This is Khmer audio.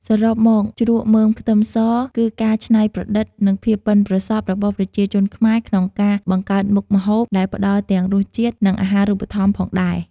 សរុបមក ជ្រក់មើមខ្ទឹមស គឺការច្នៃប្រឌិត និងភាពប៉ិនប្រសប់របស់ប្រជាជនខ្មែរក្នុងការបង្កើតមុខម្ហូប ដែលផ្តល់ទាំងរសជាតិ និងអាហារូបត្ថម្ភផងដែរ។